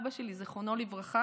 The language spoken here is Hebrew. אבא שלי, זיכרונו לברכה,